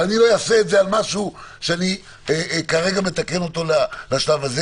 אבל אני לא אעשה את זה על משהו שאני כרגע מתקן אותו לשלב הזה.